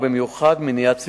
ובעיקר מניעת סיבוכים.